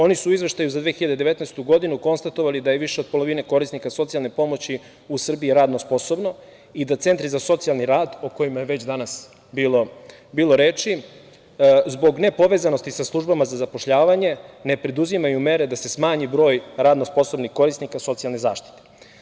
Oni su u izveštaju za 2019. godinu konstatovali da ih više od polovine korisnika socijalne pomoći u Srbiji radno sposobno i da Centri za socijalni rad o kojima je već danas bilo reči zbog nepovezanosti sa službama za zapošljavanje ne preduzimaju mere da se smanji broj radno sposobnih korisnika socijalne zaštite.